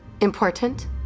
Important